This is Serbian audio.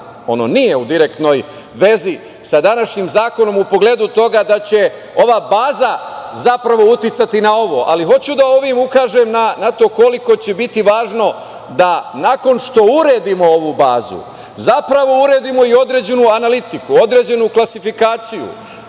ono nije u direktnoj vezi sa današnjim zakonom u pogledu toga da će ova baza zapravo uticati na ovo, ali hoću da ovim ukažem na to koliko će biti važno da nakon što uredimo ovu bazu, zapravo uredimo i određenu analitiku, određenu klasifikaciju,